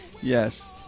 yes